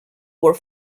were